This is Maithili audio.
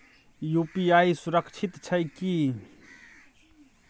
यु.पी.आई सुरक्षित छै की?